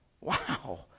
wow